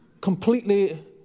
completely